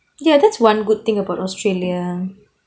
ya that's one good thing about australia